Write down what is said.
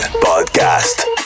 Podcast